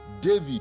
David